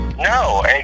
No